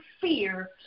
fear